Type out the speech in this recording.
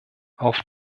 auf